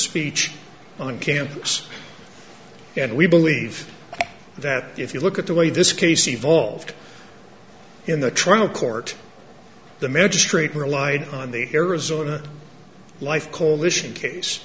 speech on campus and we believe that if you look at the way this case evolved in the trial court the magistrate relied on the arizona life coalition case